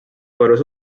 palus